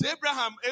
Abraham